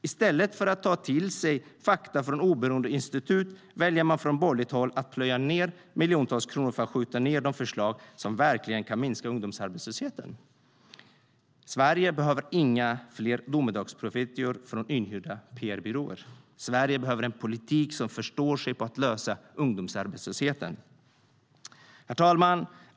I stället för att ta till sig fakta från oberoende institut väljer man från borgerligt håll att plöja ned miljontals kronor för att skjuta ned de förslag som verkligen kan minska ungdomsarbetslösheten. Herr talman!